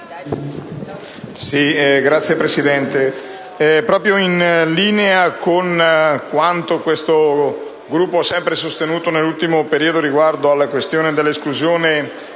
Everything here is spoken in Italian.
Signora Presidente, proprio in linea con quanto questo Gruppo ha sempre sostenuto nell'ultimo periodo riguardo alla questione dell'esclusione